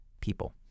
people